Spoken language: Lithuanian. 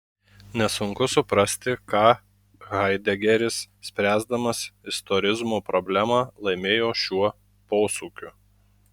nesunku suprasti ką haidegeris spręsdamas istorizmo problemą laimėjo šiuo posūkiu